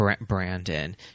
Brandon